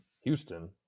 Houston